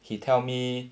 he tell me